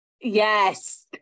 yes